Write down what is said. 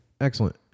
Excellent